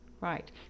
Right